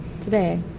today